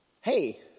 Hey